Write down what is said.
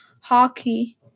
hockey